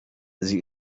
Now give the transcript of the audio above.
sie